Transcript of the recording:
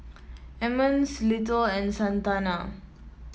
Emmons Little and Santana